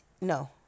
No